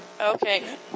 Okay